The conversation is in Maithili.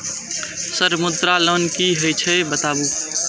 सर मुद्रा लोन की हे छे बताबू?